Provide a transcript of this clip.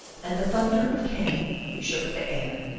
and the thunder of cannon shook the air.